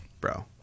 bro